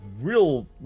real